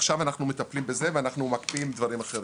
עכשיו אנחנו מטפלים בזה ואנחנו מקפיאים דברים אחרים.